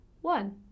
one